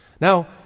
Now